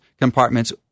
compartments